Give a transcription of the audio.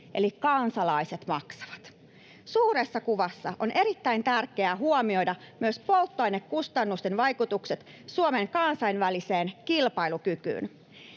eli kansalaiset maksavat. Suuressa kuvassa on erittäin tärkeää huomioida myös polttoainekustannusten vaikutukset Suomen kansainväliseen kilpailukykyyn.